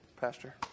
Pastor